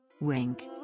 Wink